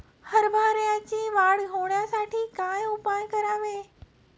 हरभऱ्याची वाढ होण्यासाठी काय उपाय करावे?